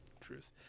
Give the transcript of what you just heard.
Truth